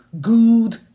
good